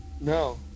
No